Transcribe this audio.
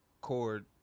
cord